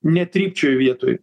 netrypčiojo vietoj